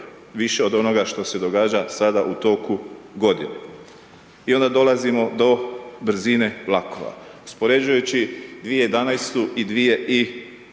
više od onoga što se događa sada u toku godine. I onda dolazimo do brzine vlakova. Uspoređujući 2011. i 2017.